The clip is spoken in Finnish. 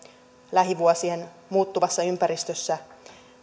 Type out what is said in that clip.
lähivuosien muuttuvassa ympäristössä